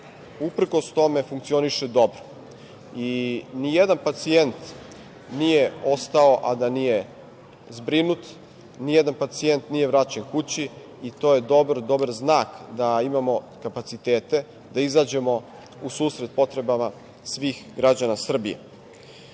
uprkos tome, funkcioniše dobro. Nijedan pacijent nije ostao a da nije zbrinut, nijedan pacijent nije vraćen kući i to je dobro, dobar znak da imamo kapacitete da izađemo u susret potrebama svih građana Srbije. Sada